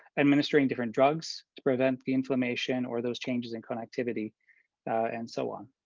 administering different drugs to prevent the inflammation or those changes in connectivity and so on.